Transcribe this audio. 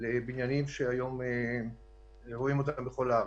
לבניינים שהיום רואים בכל הארץ.